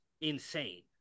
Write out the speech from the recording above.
insane